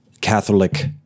Catholic